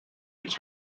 eats